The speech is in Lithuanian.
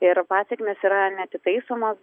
ir pasekmės yra neatitaisomos